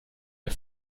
der